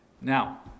Now